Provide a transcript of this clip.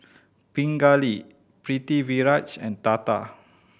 Pingali Pritiviraj and Tata